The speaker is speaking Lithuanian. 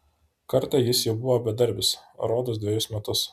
kartą jis jau buvo bedarbis rodos dvejus metus